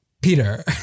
Peter